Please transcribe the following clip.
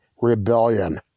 rebellion